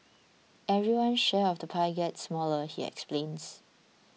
everyone's share of the pie gets smaller he explains